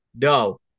No